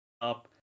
up